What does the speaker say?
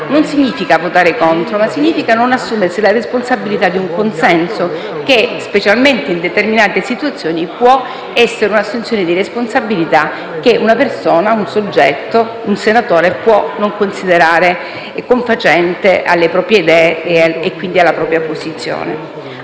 non significa votare contro, ma è un non assumersi la responsabilità di un consenso che, specialmente in determinate situazioni, può essere un'assunzione di responsabilità che un soggetto - in questo caso un senatore - può non considerare confacente alle proprie idee e, quindi, alla propria posizione.